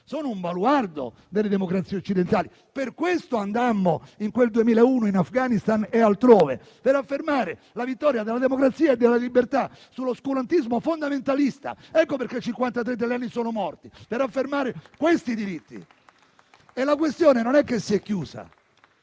sono un baluardo delle democrazie occidentali. Per questo, in quel 2001, andammo in Afghanistan e altrove: per affermare la vittoria della democrazia e della libertà sull'oscurantismo fondamentalista. Per questo 53 italiani sono morti: per affermare questi diritti. La questione non si è chiusa.